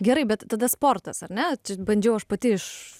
gerai bet tada sportas ar ne čia bandžiau aš pati iš